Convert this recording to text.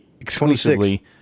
exclusively